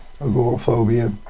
agoraphobia